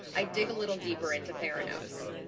i'd dig a little deeper into theranos.